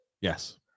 yes